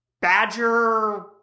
badger